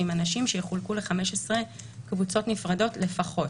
אנשים שיחולקו ל-15 קבוצות נפרדות לפחות,